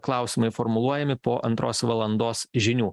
klausimai formuluojami po antros valandos žinių